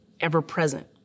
ever-present